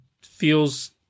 feels